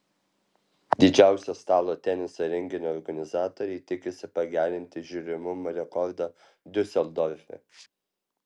didžiausio stalo teniso renginio organizatoriai tikisi pagerinti žiūrimumo rekordą diuseldorfe